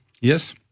Yes